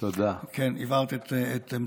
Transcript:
כן, הבהרת את עמדתך.